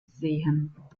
sehen